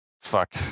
fuck